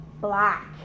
black